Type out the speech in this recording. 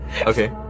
Okay